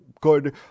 good